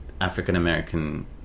African-American